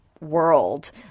world